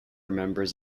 members